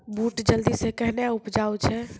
बूट जल्दी से कहना उपजाऊ छ?